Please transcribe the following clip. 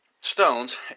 stones